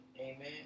Amen